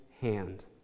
hand